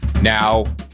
Now